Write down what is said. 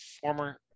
former